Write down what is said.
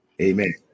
Amen